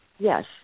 Yes